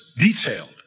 detailed